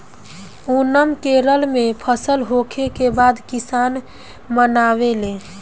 ओनम केरल में फसल होखे के बाद किसान मनावेले